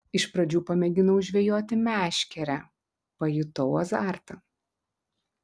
iš pradžių pamėginau žvejoti meškere pajutau azartą